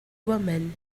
women